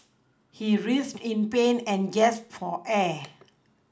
he writhed in pain and gasped for air